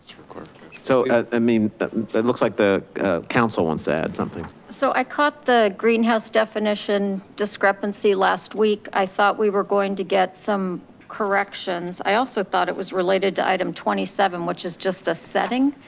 so i mean it looks like the counsel wants to add something. so i caught the greenhouse definition discrepancy last week, i thought we were going to get some corrections, i also thought it was related to item twenty seven which is just a setting,